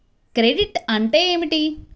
Credit అంటే ఏమిటి?